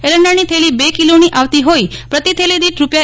એરંડાની થેલી બે કિલોની આવતી ઠોઈ પ્રતિ થેલી દીઠ રૂા